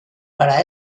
para